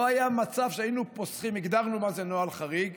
לא היה מצב שהיינו פוסחים, הגדרנו מהו נוהל חריג,